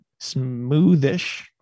smoothish